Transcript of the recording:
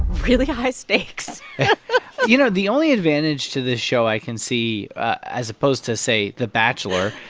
really high stakes you know, the only advantage to this show i can see as opposed to, say, the bachelor,